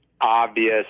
obvious